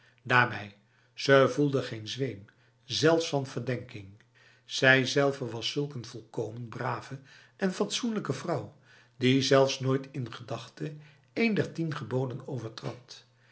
daarbij ze voelde geen zweem zelfs van verdenking zijzelve was zulk een volkomen brave en fatsoenlijke vrouw die zelfs nooit in gedachte een der tien geboden